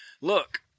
look